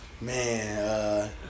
man